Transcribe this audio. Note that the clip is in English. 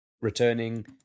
returning